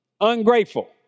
Ungrateful